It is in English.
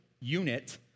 unit